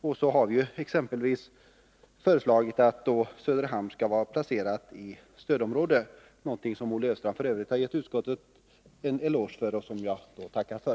Vi har exempelvis föreslagit att Söderhamn skall vara placerat i stödområde, något som f. ö. Olle Östrand gett utskottet en eloge för, för vilken jag tackar.